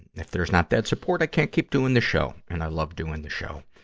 if there's not that support, i can't keep doing the show. and i love doing the show.